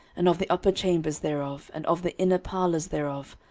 and of the upper chambers thereof, and of the inner parlours thereof,